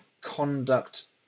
conduct